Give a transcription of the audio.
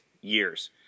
years